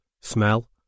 smell